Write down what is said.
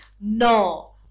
No